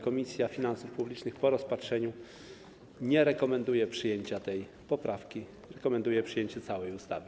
Komisja Finansów Publicznych po jej rozpatrzeniu nie rekomenduje przyjęcia tej poprawki i rekomenduje przyjęcie całej ustawy.